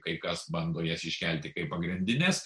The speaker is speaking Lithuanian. kai kas bando jas iškelti kaip pagrindines